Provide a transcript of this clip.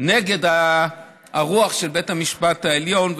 נגד הרוח של בית המשפט העליון,